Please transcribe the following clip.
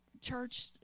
church